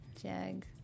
Jag